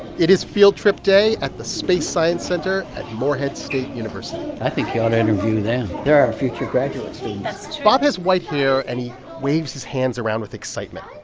it is field trip day at the space science center at morehead state university i think you ought to interview them. they're our future graduate students that's true bob has white hair, and he waves his hands around with excitement.